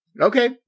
Okay